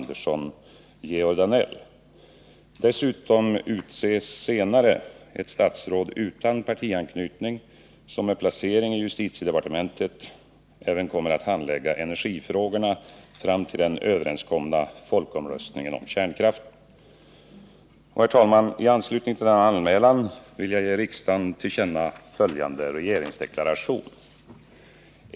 Dessutom utses senare ett statsråd utan partianknytning, som med placering i justitiedepartementet även kommer att handlägga energifrågorna fram till den överenskomna folkomröstningen om kärnkraften. T anslutning till denna anmälan vill jag, herr talman, ge riksdagen till känna följande regeringsdeklaration.